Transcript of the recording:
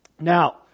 Now